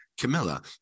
Camilla